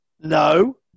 No